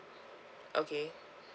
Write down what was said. okay